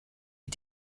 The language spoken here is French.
est